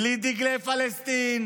בלי דגלי פלסטין,